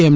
એમ